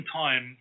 time